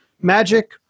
magic